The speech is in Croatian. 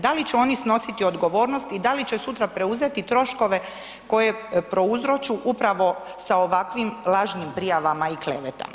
Dali će oni snositi odgovornost i da li će sutra preuzeti troškove koje prouzroču upravo sa ovakvim lažnim prijavama i klevetama?